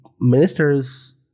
ministers